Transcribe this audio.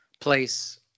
place